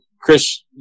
chris